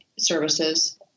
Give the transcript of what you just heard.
services